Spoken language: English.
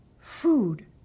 food